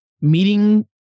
meeting